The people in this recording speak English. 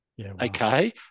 okay